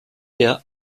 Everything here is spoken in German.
der